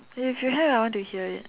if you have I want to hear it